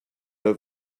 dans